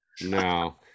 no